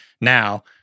now